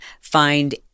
find